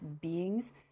beings